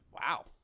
Wow